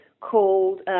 called